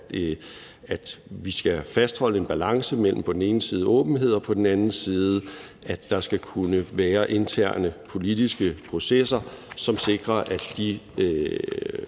at vi skal fastholde en balance mellem på den ene side åbenhed, og at der på den anden side skal kunne være interne politiske processer, som sikrer, at den